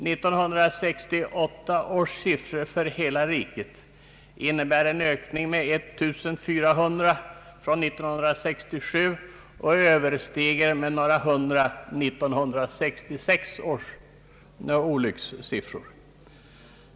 1968 års siffror för hela riket innebär en ökning med 1 400 från 1967 och överstiger med några hundra 1966 års olyckssiffror.